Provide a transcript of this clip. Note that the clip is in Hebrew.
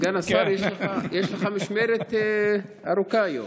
סגן השר, יש לך משמרת ארוכה היום.